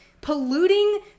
polluting